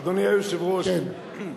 זה נכון.